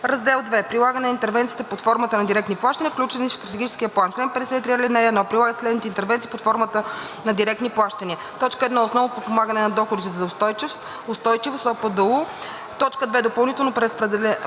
Раздел II – Прилагане на интервенциите под формата на директни плащания, включени в Стратегическия план Чл. 53. (1) Прилагат се следните интервенции под формата на директни плащания: 1. основно подпомагане на доходите за устойчивост (ОПДУ); 2.допълнително преразпределително